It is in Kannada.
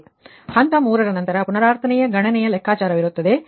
ಆದ್ದರಿಂದ ಹಂತ 3 ನಂತರ ಪುನರಾವರ್ತನೆಯ ಗಣನೆಯ ಲೆಕ್ಕಾಚಾರವಿರುತ್ತದೆ